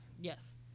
yes